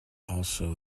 also